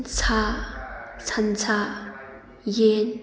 ꯁꯥ ꯁꯟꯁꯥ ꯌꯦꯟ